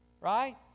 right